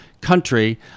country